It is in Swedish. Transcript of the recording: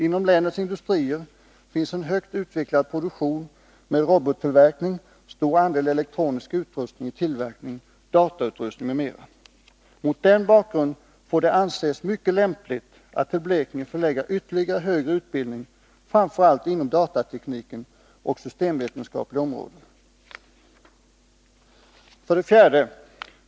Inom länets industrier finns en högt utvecklad produktion med robottillverkning, stor andel elektronisk utrustning i tillverkningen, datautrustning m.m. Mot denna bakgrund får det anses som mycket lämpligt att till Blekinge förlägga ytterligare högre utbildning framför allt inom datatekniken och systemvetenskapliga områden. 4.